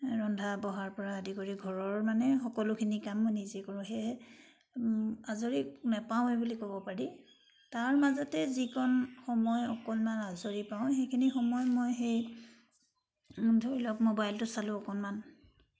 ৰন্ধা বঢ়াৰ পৰা আদি কৰি ঘৰৰ মানে সকলোখিনি কাম মই নিজেই কৰোঁ সেয়েহে আজৰি নেপাওৱে বুলি ক'ব পাৰি তাৰ মাজতে যিকণ সময় অকণমান আজৰি পাওঁ সেইখিনি সময় মই সেই ধৰি লওক মোবাইলটো চালোঁ অকণমান